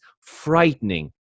frightening